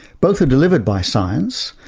both are delivered by science,